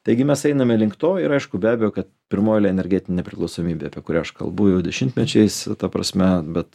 taigi mes einame link to ir aišku be abejo kad pirmoji energetinė priklausomybė apie kurią aš kalbu jau dešimtmečiais ta prasme bet